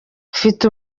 mfite